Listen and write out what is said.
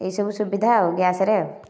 ଏହିସବୁ ସୁବିଧା ଆଉ ଗ୍ୟାସରେ